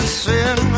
sin